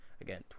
Again